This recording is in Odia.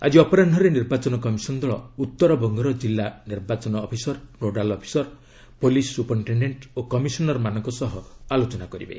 ଆକି ଅପରାହ୍ନରେ ନିର୍ବାଚନ କମିଶନ ଦଳ ଉତ୍ତର ବଙ୍ଗର କିଲ୍ଲା ନିର୍ବାଚନ officer nodal officer police superintendent ଓ କମିଶନର ମାନଙ୍କ ସହ ଆଲୋଚନା କରିବେ